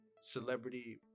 celebrity